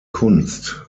kunst